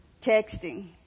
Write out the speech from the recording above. Texting